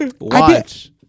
Watch